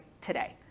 today